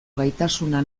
gaitasuna